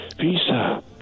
Visa